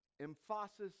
emphasis